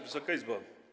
Wysoka Izbo!